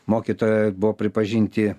mokytojai buvo pripažinti